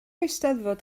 eisteddfod